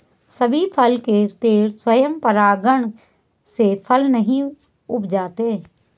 सभी फल के पेड़ स्वयं परागण से फल नहीं उपजाते